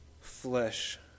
Flesh